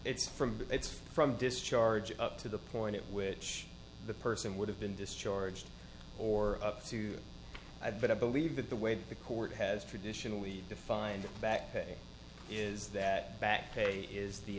it's from but it's from discharge up to the point at which the person would have been discharged or up to that but i believe that the way that the court has traditionally defined it back pay is that back pay is the